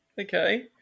Okay